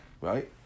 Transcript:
right